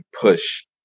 push